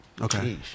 Okay